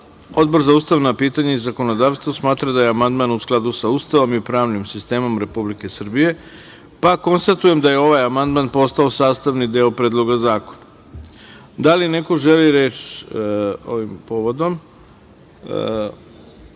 za ustavna pitanja i zakonodavstvo smatra da je amandman u skladu sa Ustavom i pravnim sistemom Republike Srbije, pa konstatujem da je ovaj amandman postao sastavni deo Predloga zakona. Da li neko želi reč ovim